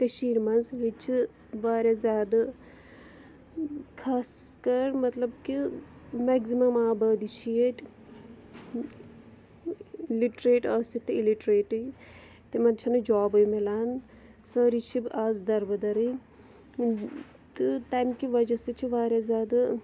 کٔشیٖرِ منٛز ییٚتہِ چھِ وارِیاہ زیادٕ خاص کَر مطلب کہِ میکزِمَم آبٲدی چھِ ییٚتہِ لِٹریٹ ٲسِکھ تہٕ اِلِٹریٹٕے تِمَن چھنہٕ جابٕے میلان سٲری چھِ اَز دَربٕدرٕٕے تہٕ تَمہِ کہِ وَجہ سۭتۍ چھِ واریاہ زیادٕ